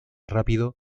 rápido